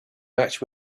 match